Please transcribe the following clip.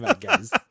guys